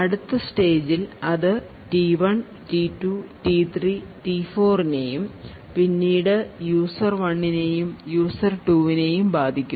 അടുത്ത സ്റ്റേജിൽ അതു T1 T2 T3 T4 നേയും പിന്നീട് യൂസർ 1 നേയും യൂസർ 2 നേയും ബാധിക്കും